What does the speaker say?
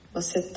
Você